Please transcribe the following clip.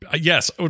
yes